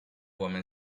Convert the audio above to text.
woman